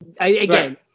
again